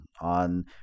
on